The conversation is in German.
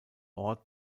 ort